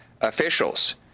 officials